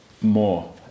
more